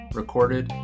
recorded